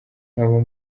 nkaba